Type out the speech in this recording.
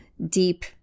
deep